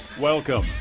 Welcome